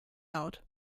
laut